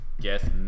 guess